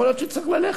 יכול להיות שתצטרך ללכת,